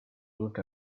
moved